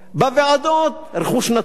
בוועדות, רכוש נטוש,